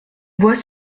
bois